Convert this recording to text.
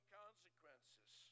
consequences